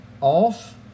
off